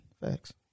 Facts